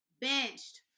Benched